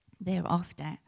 thereafter